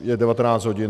Je 19 hodin.